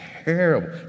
Terrible